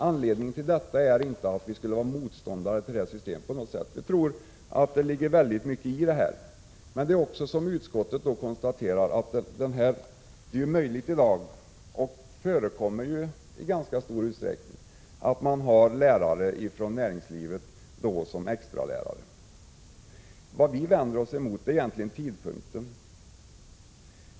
Anledningen är inte att vi skulle vara motståndare till det föreslagna systemet. Vi tror att det ligger mycket i förslaget, men som utskottet konstaterar är det möjligt och förekommer i ganska stor utsträckning att man redan nu använder lärare från näringslivet som extra lärare. Vad vi vänder oss emot är egentligen tidpunkten.